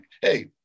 Hey